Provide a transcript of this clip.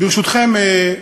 ברשותכם,